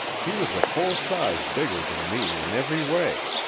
he was a full size bigger than me in every way,